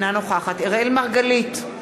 אינה נוכחת אראל מרגלית,